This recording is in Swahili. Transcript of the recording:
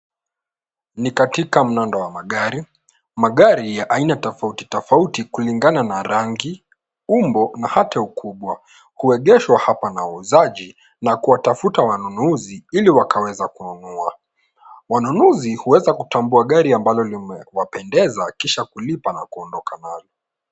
Ni katika mnondo wa magari. Magari ya aina tofauti tofauti kulingana na rangi, umbo na hata ukubwa huegeshwa hapa na wauzaji na kuwatafuta wanunuzi ili wakaweza kununua. Wanunuzi huweza kutambua gari ambalo limewapendeza kisha kulipa na kuondoka nalo.